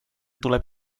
tuleb